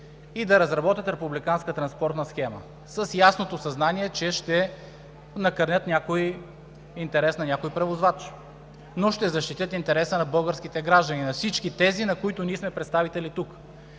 и да разработят републиканска транспортна схема с ясното съзнание, че ще накърнят интерес на някой превозвач, но ще защитят интереса на българските граждани – на всички тези, на които ние сме представители тук.